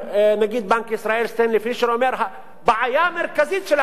נגיד בנק ישראל סטנלי פישר אומר: בעיה מרכזית של המשק,